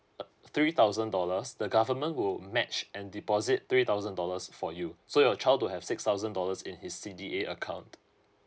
uh three thousand dollars the government will match and deposit three thousand dollars for you so your child to have six thousand dollars in his C_D_A account